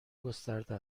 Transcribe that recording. گسترده